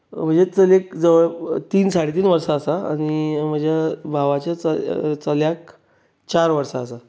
म्हजे चलयेक जवळ तीन साडेतीन वर्सां आसात आनी म्हज्या भावाच्या चल्याक चार वर्सां आसात